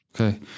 okay